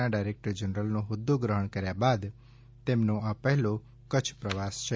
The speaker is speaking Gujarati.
ના ડાયરેકટર જનરલનો હોદ્દો ગ્રહણ કર્યા બાદ તેમનો આ પહેલો કચ્છ પ્રવાસ છે